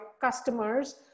customers